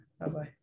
Bye-bye